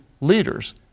leaders